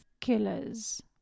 killers